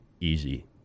easy